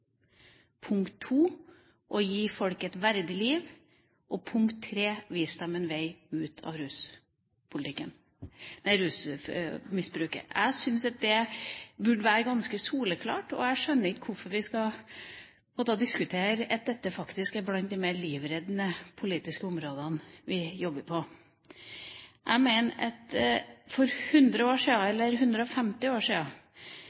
å vise dem en vei ut av rusmisbruket Jeg syns det burde være ganske soleklart. Jeg skjønner ikke hvorfor vi skal måtte diskutere at dette faktisk er blant de mer livreddende politiske områdene vi jobber på. For 150 år siden skred byens fine mennesker over de fattige som lå på gata, og forklarte det at